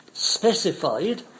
specified